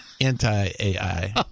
Anti-AI